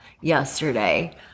yesterday